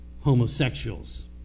homosexuals